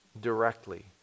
directly